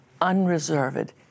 unreserved